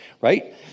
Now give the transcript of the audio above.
right